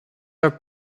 are